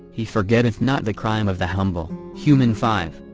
he forgetteth not the crime of the humble human five.